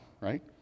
right